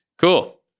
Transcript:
Cool